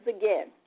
again